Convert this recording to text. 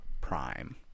Prime